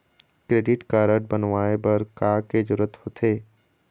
Credit card बनवाए बर का के जरूरत होते?